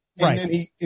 Right